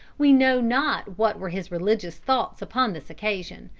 we know not what were his religious thoughts upon this occasion,